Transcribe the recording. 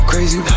Crazy